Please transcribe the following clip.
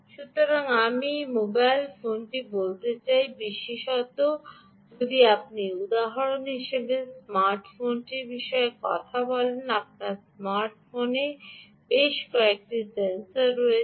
সুতরাং আমি মোবাইল ফোনটি বলতে চাই বিশেষত যদি আপনি উদাহরণ হিসাবে স্মার্ট ফোনটির বিষয়ে কথা বলেন আপনার স্মার্ট ফোনে বেশ কয়েকটি সেন্সর রয়েছে